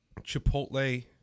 Chipotle